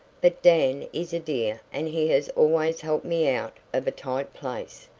but dan is a dear and he has always helped me out of a tight place.